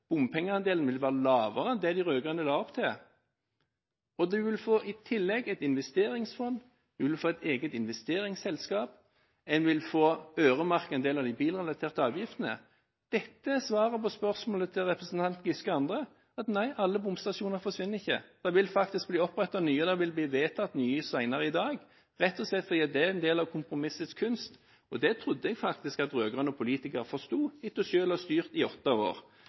lavere enn det de rød-grønne la opp til. I tillegg vil man få et eget investeringsfond, man vil få et eget investeringsselskap, og man vil få øremerket en del av de bilrelaterte avgiftene. Dette er svaret på spørsmålet fra representanten Giske med flere: Nei, alle bomstasjoner forsvinner ikke, og det vil faktisk bli opprettet nye. Det vil bli vedtatt nye senere i dag, rett og slett fordi det er en del av kompromissets kunst. Det trodde jeg faktisk at rød-grønne politikere forsto etter selv å ha styrt i åtte år.